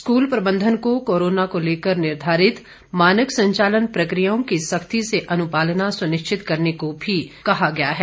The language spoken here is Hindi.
स्कूल प्रबंधन को कोरोना को लेकर निर्धारित मानक संचालन प्रक्रियाओं की सरव्ती से अनुपालना सुनिश्चित करने को भी कहा गया है